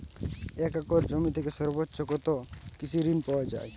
এক একর জমি থেকে সর্বোচ্চ কত কৃষিঋণ পাওয়া য়ায়?